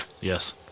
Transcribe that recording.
Yes